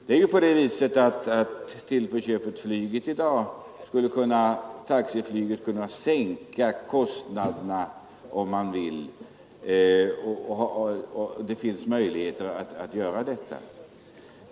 Det är ju så i dag att t.o.m. taxiflyget skulle kunna sänka priserna; det finns möjligheter till det.